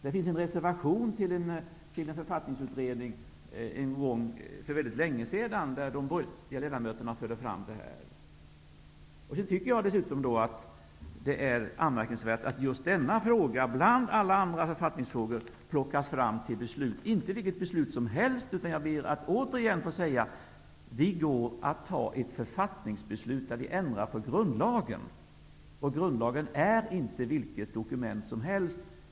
Det fanns för mycket länge sedan en reservation till en författningsutredning, där de borgerliga ledamöterna förde fram detta. Dessutom tycker jag att det är anmärkningsvärt att just denna fråga, bland alla andra författningsfrågor, plockas fram till beslut. Det är inte vilket beslut som helst, utan jag ber återigen att få säga att vi kommer att fatta ett författningsbeslut och därmed ändra på grundlagen. Grundlagen är inte vilket dokument som helst.